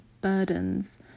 burdens